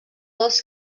dels